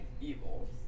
evil